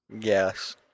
Yes